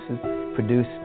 produce